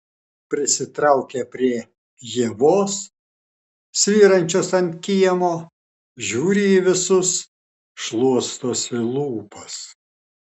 prisitraukia prie ievos svyrančios ant kiemo žiūri į visus šluostosi lūpas